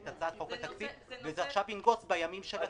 הצעת חוק התקציב וזה עכשיו ינגוס בימים של הכנסת.